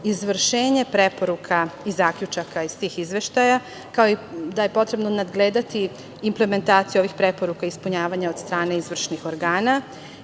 izvršenje preporuka i zaključaka iz tih izveštaja, kao i da je potrebno nadgledati implementaciju ovih preporuka ispunjavanja od strane izvršnih organa.U